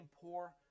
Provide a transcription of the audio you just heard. poor